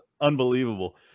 unbelievable